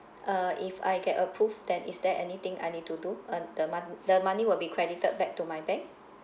uh if I get approved then is there anything I need to do uh the mon~ the money will be credited back to my bank